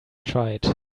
tried